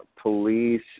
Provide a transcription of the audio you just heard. police